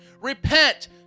Repent